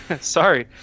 sorry